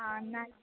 ആ എന്നാല്